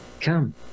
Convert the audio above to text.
Come